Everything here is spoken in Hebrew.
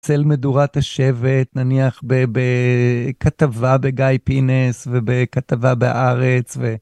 צל מדורת השבט, נניח בכתבה בגיא פינס ובכתבה בארץ ו...